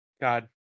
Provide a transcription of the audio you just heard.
God